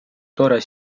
tore